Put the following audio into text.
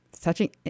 touching